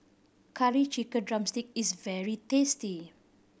Curry Chicken drumstick is very tasty